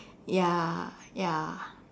ya ya